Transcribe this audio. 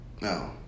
No